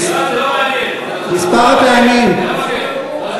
לא, זה לא מעניין, מספר הפעמים, אז מה?